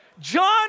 John